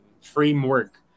framework